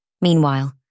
Meanwhile